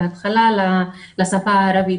לשפה הערבית.